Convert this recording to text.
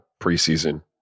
preseason